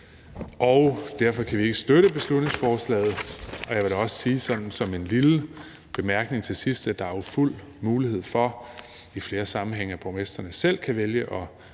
Derfor kan vi ikke støtte beslutningsforslaget. Og jeg vil da også sige som en lille bemærkning til sidst, at der jo er fuld mulighed for i flere sammenhænge, at borgmestrene selv kan vælge at